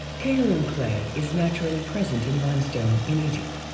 kaolin clay is naturally present in limestone in egypt.